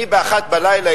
אני ב-01:00,